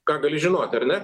ką gali žinoti ar ne